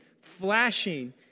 flashing